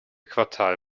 quartal